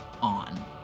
on